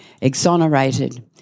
exonerated